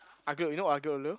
aglio you know aglio-olio